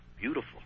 beautiful